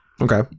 okay